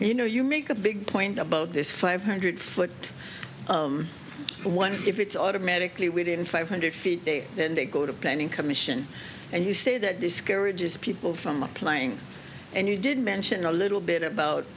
you know you make a big point about this five hundred foot one if it's automatically weighed in five hundred feet and they go to planning commission and you say that discourages people from applying and you did mention a little bit about